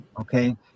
Okay